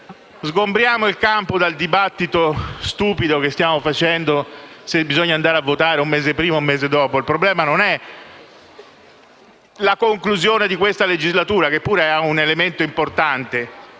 Sgombriamo il campo dal dibattito stupido che stiamo facendo, se bisogna andare a votare un mese prima o dopo. Il problema non è la conclusione di questa legislatura, che pure è un elemento importante,